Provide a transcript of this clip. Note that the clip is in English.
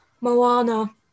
Moana